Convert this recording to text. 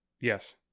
Yes